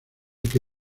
que